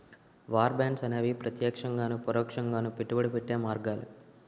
war bonds అనేవి ప్రత్యక్షంగాను పరోక్షంగాను పెట్టుబడి పెట్టే మార్గాలు